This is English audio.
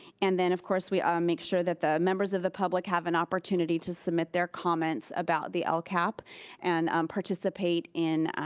and then of course we um make sure that the members of the public have an opportunity to submit their comments about the lcap and participate in,